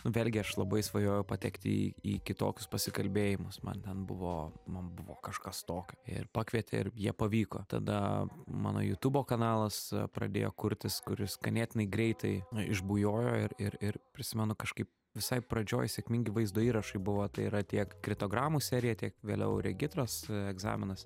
vėlgi aš labai svajojau patekti į į kitokius pasikalbėjimus man ten buvo man buvo kažkas tokio ir pakvietė ir jie pavyko tada mano jutubo kanalas pradėjo kurtis kuris ganėtinai greitai išbujojo ir ir ir prisimenu kažkaip visai pradžioj sėkmingi vaizdo įrašai buvo tai yra tiek kritogramų serija tiek vėliau regitros egzaminas